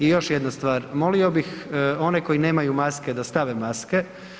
I još jedna stvar, molio bih one koji nemaju maske da stave maske.